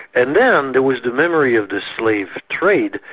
and then there was the memory of the slave trade.